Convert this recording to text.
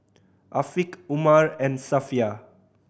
Afiq Umar and Safiya